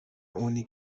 اونی